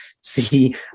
see